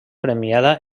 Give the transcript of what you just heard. premiada